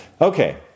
Okay